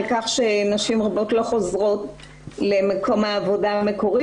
על כך שנשים רבות לא חוזרות למקום העבודה המקורי